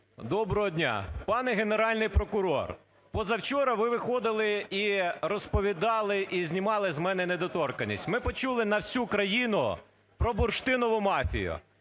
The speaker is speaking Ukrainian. Доброго дня! Пане Генеральний прокурор, позавчора ви виходили і розповідали, і знімали з мене недоторканність. Ми почули на всю країну про бурштинову мафію.